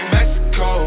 Mexico